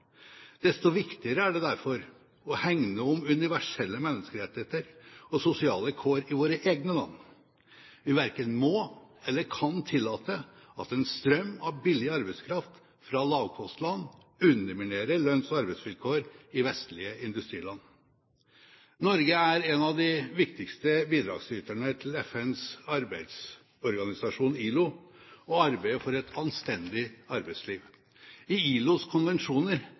Desto viktigere er det derfor å hegne om universelle menneskerettigheter og sosiale kår i våre egne land. Vi verken må eller kan tillate at en strøm av billig arbeidskraft fra lavkostland underminerer lønns- og arbeidsvilkår i vestlige industriland. Norge er en av de viktigste bidragsyterne til FNs arbeidsorganisasjon, ILO, og arbeider for et anstendig arbeidsliv. I ILOs konvensjoner